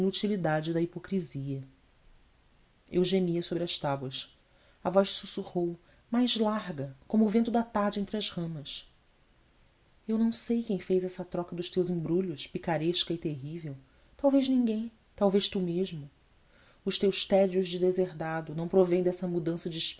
inutilidade da hipocrisia eu gemia sobre as tábuas a voz sussurrou mais larga como o vento da tarde entre as ramas eu não sei quem fez essa troca dos teus embrulhos picaresca e terrível talvez ninguém talvez tu mesmo os teus tédios de deserdado não provem dessa mudança de